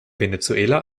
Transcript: venezuela